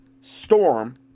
storm